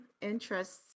interests